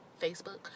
Facebook